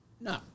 No